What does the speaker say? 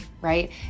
right